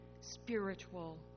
spiritual